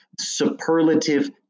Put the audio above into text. Superlative